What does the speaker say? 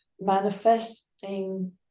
manifesting